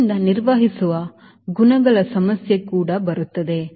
ಆದ್ದರಿಂದ ನಿರ್ವಹಿಸುವ ಗುಣಗಳ ಸಮಸ್ಯೆ ಕೂಡ ಬರುತ್ತದೆ